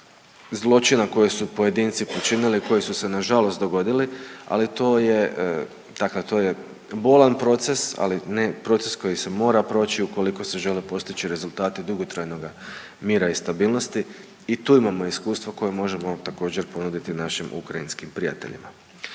zločina koje su pojedinci počinili, koji su se nažalost dogodili, ali to je, dakle to je bolan proces, ali ne, proces koji se mora proći ukoliko se žele postići rezultati dugotrajnoga mira i stabilnosti. I tu imamo iskustva koja možemo također ponuditi našim ukrajinskim prijateljima.